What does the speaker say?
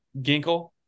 Ginkle